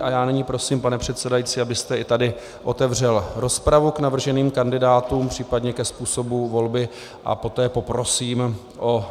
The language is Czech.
A já nyní prosím, pane předsedající, abyste i tady otevřel rozpravu k navrženým kandidátům, případně ke způsobu volby, a poté poprosím o